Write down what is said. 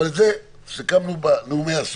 אבל זה, סיכמנו, בנאומי הסוף.